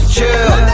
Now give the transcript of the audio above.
Chill